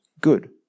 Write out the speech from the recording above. good